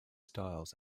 styles